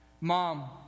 Mom